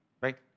right